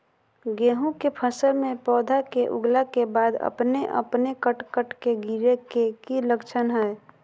गेहूं के फसल में पौधा के उगला के बाद अपने अपने कट कट के गिरे के की लक्षण हय?